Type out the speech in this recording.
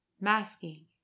masking